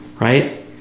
right